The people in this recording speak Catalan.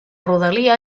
rodalia